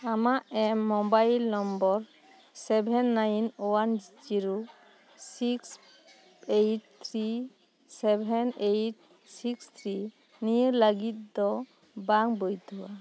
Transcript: ᱟᱢᱟᱜ ᱮᱢ mobile number seven nine one zero six eight three seven eight six three ᱱᱤᱭᱟᱹ ᱞᱟᱜᱤᱫ ᱫᱚ ᱵᱟᱝ ᱵᱚᱭᱫᱷᱚᱣᱟ